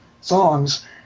songs